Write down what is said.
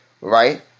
right